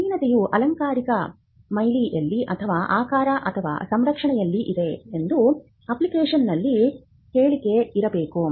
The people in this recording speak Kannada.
ನವೀನತೆಯು ಅಲಂಕಾರಿಕ ಮೇಲ್ಮೈಯಲ್ಲಿ ಅಥವಾ ಆಕಾರ ಅಥವಾ ಸಂರಚನೆಯಲ್ಲಿ ಇದೆ ಎಂದು ಅಪ್ಲಿಕೇಶನ್ನಲ್ಲಿ ಹೇಳಿಕೆಯಿರಬೇಕು